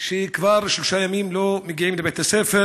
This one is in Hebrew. שכבר שלושה ימים לא מגיעים לבית-הספר